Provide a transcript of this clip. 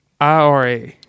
IRA